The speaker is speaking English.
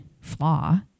flaw